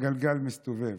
הגלגל מסתובב.